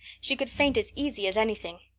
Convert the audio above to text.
she could faint as easy as anything.